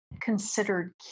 considered